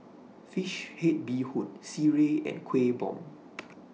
Fish Head Bee Hoon Sireh and Kueh Bom